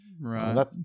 Right